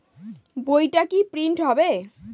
বইটা কি প্রিন্ট হবে?